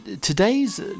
today's